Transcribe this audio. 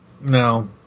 No